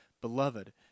Beloved